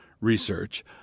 research